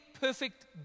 perfect